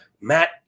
Matt